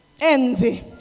Envy